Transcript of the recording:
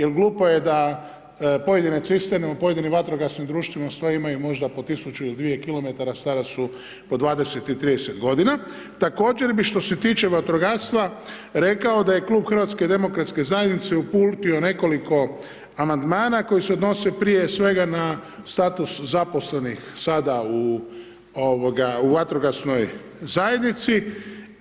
Jer glupo je da pojedine cisterne u pojedinim vatrogasnim društvima … možda imaju po 1000 ili 2 km stara su po 20 i 30 g. Također bi što se tiče vatrogastva, rekao da je Klub HDZ-a uputio nekoliko amandmana, koji se odnosi prije svega na status zaposlenih sada u vatrogasnoj zajednici